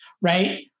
right